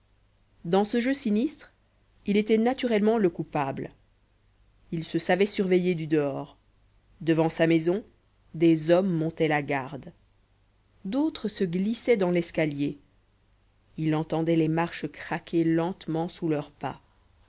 dans ce jeu sinistre il était naturellement le coupable il se savait surveillé du dehors devant sa maison des hommes montaient la garde d'autres se glissaient dans l'escalier il entendait les marches craquer lentement sous leurs pas